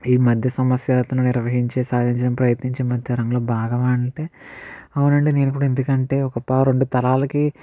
ఈ మధ్య సమస్య అతను నిర్వహించే సహజం ప్రయత్నించిన మాతరంలో భాగం అంటే అవునండి నేను కూడా ఎందుకంటే ఒక పా రెండు తలాలకి